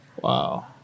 Wow